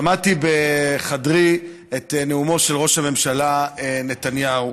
שמעתי בחדרי את נאומו של ראש הממשלה נתניהו,